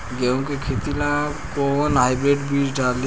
गेहूं के खेती ला कोवन हाइब्रिड बीज डाली?